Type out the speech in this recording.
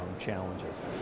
challenges